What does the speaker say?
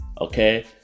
Okay